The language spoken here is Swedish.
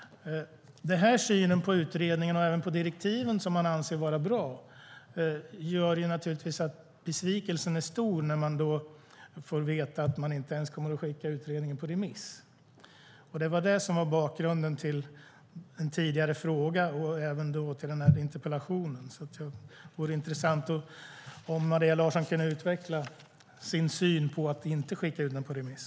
Den här synen på utredningen och även på direktiven, som man anser vara bra, gör att besvikelsen är stor över att utredningen inte ens kommer att skickas på remiss. Detta är bakgrunden till en tidigare fråga och till den här interpellationen. Det vore intressant om Maria Larsson kunde utveckla sin syn på att man inte skickar ut utredningen på remiss.